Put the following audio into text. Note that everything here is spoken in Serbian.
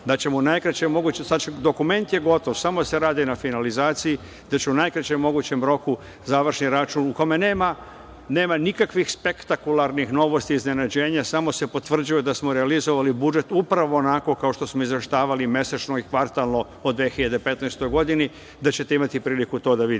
dokument je gotov, samo se radi na finalizaciji, gde će u najkraćem mogućem roku završni račun, u kome nema nikakvih spektakularnih novosti, iznenađenja, samo se potvrđuje da smo realizovali budžet, upravo onako kao što smo izveštavali mesečno i kvartalno o 2015. godini, da ćete imati priliku to da vidite. Što